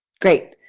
great.